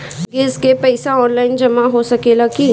Gas के पइसा online जमा हो सकेला की?